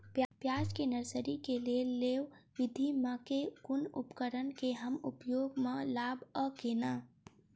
प्याज केँ नर्सरी केँ लेल लेव विधि म केँ कुन उपकरण केँ हम उपयोग म लाब आ केना?